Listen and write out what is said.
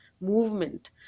movement